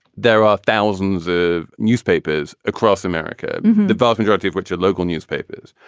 there are thousands of newspapers across america developing narrative, which are local newspapers.